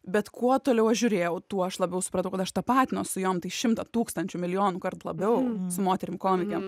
bet kuo toliau aš žiūrėjau tuo laš abiau supratau kad aš tapatinuos su jom tai šimtą tūkstančių milijonų kart labiau moterim komikėm